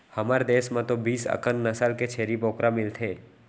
हमर देस म तो बीस अकन नसल के छेरी बोकरा मिलथे